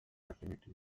activities